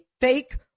fake